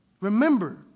remember